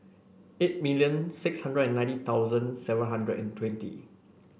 eight million six hundred and ninety thousand seven hundred and twenty